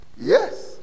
yes